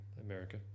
America